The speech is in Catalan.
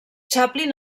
chaplin